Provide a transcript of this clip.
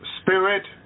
spirit